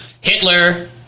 Hitler